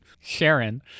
Sharon